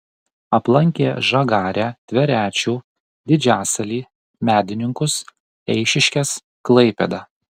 aplankė žagarę tverečių didžiasalį medininkus eišiškes klaipėdą